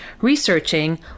researching